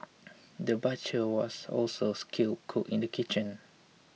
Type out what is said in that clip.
the butcher was also skilled cook in the kitchen